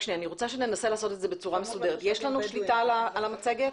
יש לנו שליטה על המצגת?